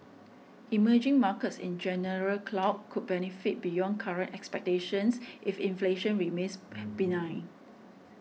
emerging markets in general could benefit beyond current expectations if inflation remains benign